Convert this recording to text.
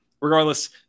Regardless